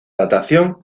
datación